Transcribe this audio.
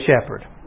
shepherd